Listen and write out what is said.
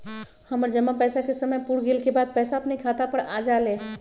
हमर जमा पैसा के समय पुर गेल के बाद पैसा अपने खाता पर आ जाले?